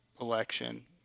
election